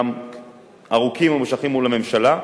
גם ארוכים וממושכים מול הממשלה,